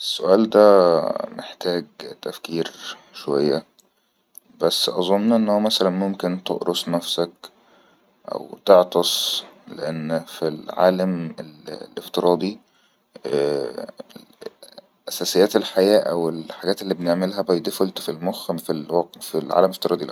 السؤال ده محتاج تفكير شوية بس أظن أنه مثلاً ممكن تقرس نفسك أو تعطس لأنه في العالم الإفتراضي ءء ال أساسيات الحياة والحاجات اللي بنعملها في الحياة بيدفلت في العالم الإفتراضي لا